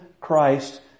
Christ